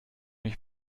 mich